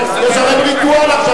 יש לכם ריטואל עכשיו,